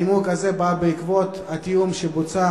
הנימוק הזה בא בעקבות התיאום שבוצע